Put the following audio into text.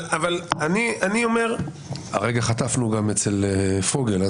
הרגע חטפנו גם אצל פוגל.